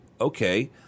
okay